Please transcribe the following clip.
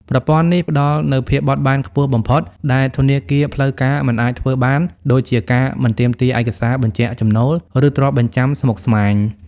ប្រព័ន្ធនេះផ្ដល់នូវភាពបត់បែនខ្ពស់បំផុត ដែលធនាគារផ្លូវការមិនអាចធ្វើបាន ដូចជាការមិនទាមទារឯកសារបញ្ជាក់ចំណូល ឬទ្រព្យបញ្ចាំស្មុគស្មាញ។